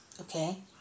Okay